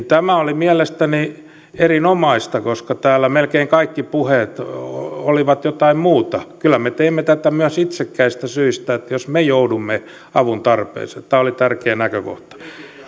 tämä oli mielestäni erinomaista koska täällä melkein kaikki puheet olivat jotain muuta kyllä me teemme tätä myös itsekkäistä syistä jos me joudumme avuntarpeeseen tämä oli tärkeä näkökohta